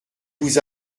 vous